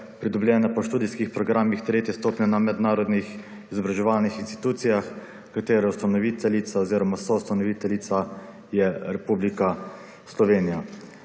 pridobljene po študijskih programih tretje stopnje na mednarodnih izobraževalnih institucijah, katere ustanoviteljica oziroma soustanoviteljica je Republika Slovenija.